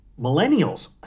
millennials